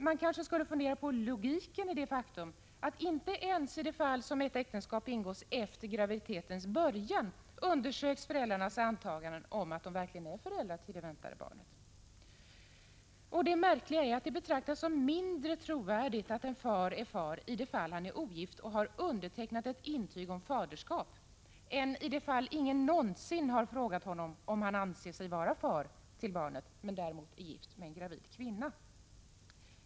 Man borde kanske fundera på logiken i det faktum att man inte ens i det fall som ett äktenskap ingåtts efter graviditetens början undersöker föräldrarnas antagande om att de verkligen är föräldrar till det väntade barnet. Det märkliga är att det betraktas som mindre trovärdigt att en far är far i det fall han är ogift och har undertecknat ett intyg om faderskap än i det fall ingen någonsin har frågat honom om han anser sig vara far till barnet, men däremot är gift med en gravid kvinna.